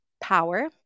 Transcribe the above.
power